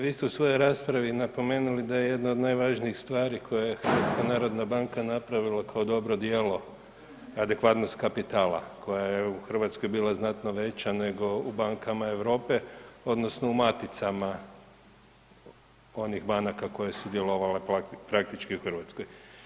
Vi ste u svojoj raspravi napomenuli da je jedna od najvažnijih stvari koje je HNB napravila kao dobro djelo adekvatnost kapitala koja je u Hrvatskoj bila znatno veća nego u bankama Europe, odnosno u maticama onih banaka koje su djelovale praktički u Hrvatskoj.